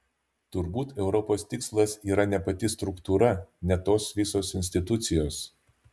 turbūt europos tikslas yra ne pati struktūra ne tos visos institucijos